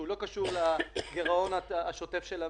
שהוא לא קשור לגירעון השוטף של המדינה,